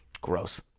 gross